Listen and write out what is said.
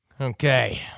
Okay